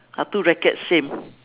are two rackets same